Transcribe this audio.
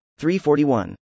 341